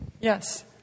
Yes